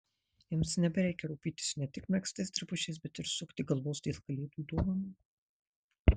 jiems nebereikia rūpintis ne tik megztais drabužiais bet ir sukti galvos dėl kalėdų dovanų